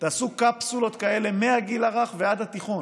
תעשו קפסולות כאלה מהגיל הרך ועד התיכון,